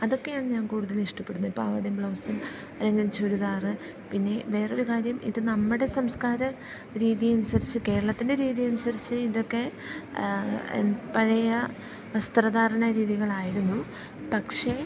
അതൊക്കെയാണ് ഞാൻ കൂടുതൽ ഇഷ്ടപ്പെടുന്നത് പാവാടയും ബ്ലൗസും അല്ലെങ്കിൽ ചുരിദാർ പിന്നെ വേറൊരു കാര്യം ഇത് നമ്മുടെ സംസ്കാര രീതി അനുസരിച്ച് കേരളത്തിൻ്റെ രീതി അനുസരിച്ച് ഇതൊക്കെ പഴയ വസ്ത്രധാരണ രീതികളായിരുന്നു പക്ഷേ